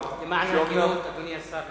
אדוני השר,